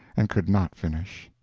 and could not finish.